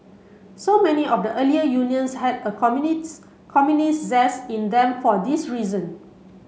so many of the earlier unions had a communists communists zest in them for this reason